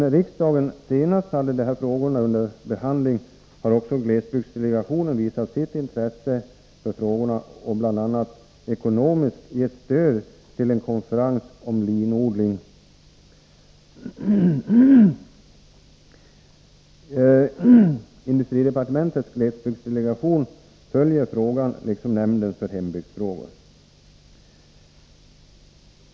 Sedan riksdagen senast hade dessa frågor till behandling har också glesbygdsdelegationen visat sitt intresse och bl.a. gett ekonomiskt stöd till en konferens om linodling. Industridepartementets glesbygdsdelegation följer frågan liksom nämn den för hemslöjdsfrågor.